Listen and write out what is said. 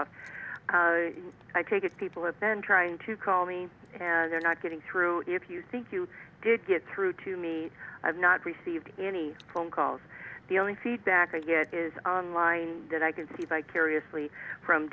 of i take it people have been trying to call me and they're not getting through if you think you get through to me i've not received any phone calls the only feedback i get is on line that i can see by curiously from